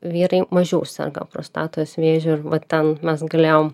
vyrai mažiau serga prostatos vėžiu ir va ten mes galėjom